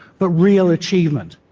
but real achievement.